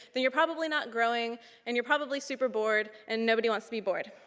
then you're probably not growing and you're probably super-bored and nobody wants to be bored.